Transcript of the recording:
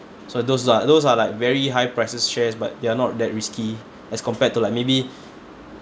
so those are those are like very high prices shares but they're not that risky as compared to like maybe